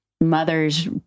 mothers